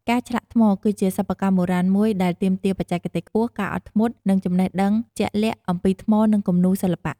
ការឆ្លាក់ថ្ម គឺជាសិប្បកម្មបុរាណមួយដែលទាមទារបច្ចេកទេសខ្ពស់ ការអត់ធ្មត់ និងចំណេះដឹងជាក់លាក់អំពីថ្មនិងគំនូរសិល្បៈ។